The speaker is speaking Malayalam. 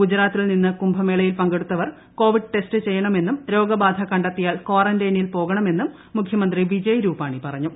ഗുജറാത്തിൽ നിന്ന് കുംഭമേളയിൽ പങ്കെടുത്തവർ കോവിഡ് ടെസ്റ്റ് ചെയ്യണമെന്നും രോഗബാധ കണ്ടെത്തിയാൽ കാറന്റൈനിൽ പോകണമെന്നും മുഖ്യമന്ത്രി വിജയ് രൂപാണി പറഞ്ഞു